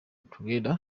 together